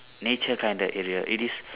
nature kinda area it is